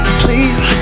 please